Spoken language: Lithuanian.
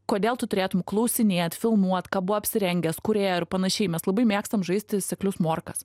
kodėl tu turėtum klausinėt filmuot ką buvo apsirengęs kūr ėjo ir panašiai mes labai mėgstam žaisti seklius morkas